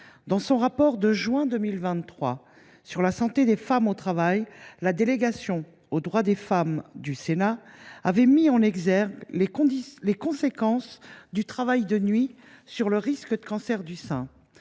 Dans son rapport du mois de juin 2023 sur la santé des femmes au travail, la délégation aux droits des femmes du Sénat avait mis en exergue les conséquences du travail de nuit sur le risque de cancer du sein.